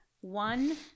one